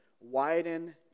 widen